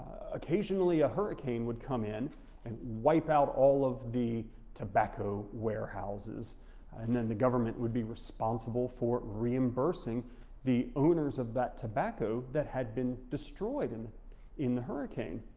occasionally, a hurricane would come in and wipe out all of the tobacco warehouses and then the government would be responsible for reimbursing the owners of that tobacco that had been destroyed in in the hurricane.